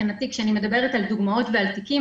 כשאני מדברת על דוגמות ועל תיקים,